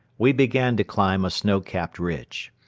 we began to climb a snow-capped ridge.